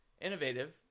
innovative